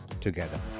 together